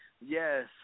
Yes